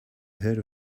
heard